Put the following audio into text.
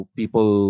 people